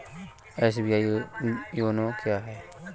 SBI YONO क्या है?